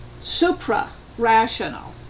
supra-rational